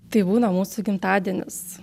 tai būna mūsų gimtadienis